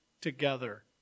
together